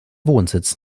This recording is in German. wohnsitz